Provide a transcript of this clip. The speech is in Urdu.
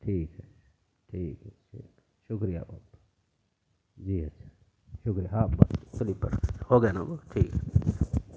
ٹھیک ہے ٹھیک ہے ٹھیک شکریہ بہت بہت جی اچھا شکریہ ہاں بس سلیپر ہو گیا نا وہ ٹھیک ہے